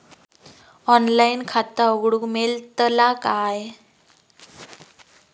Online खाता उघडूक मेलतला काय?